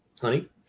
honey